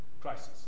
crisis